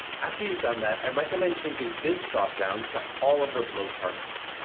after you've done that, i recommend changing this dropdown to all of the below targets.